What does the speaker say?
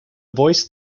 voice